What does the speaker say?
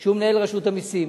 שהוא מנהל רשות המסים,